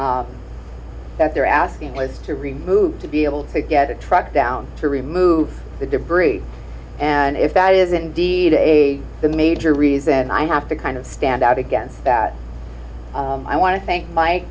that they're asking was to remove to be able to get a truck down to remove the debris and if that is indeed a the major reason i have to kind of stand out against that i want to thank m